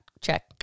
check